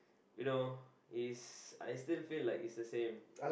you know he's I still feel like he's the same